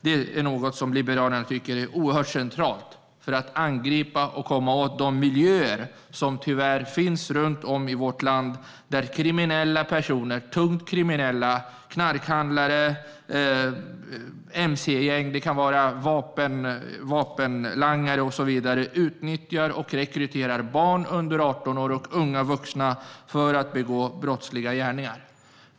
Det sistnämnda tycker Liberalerna är centralt för att angripa och komma åt de miljöer som tyvärr finns i vårt land där tungt kriminella personer, till exempel knarkhandlare, mc-gäng och vapenlangare, utnyttjar och rekryterar barn under 18 år och unga vuxna för att de ska begå brottsliga gärningar.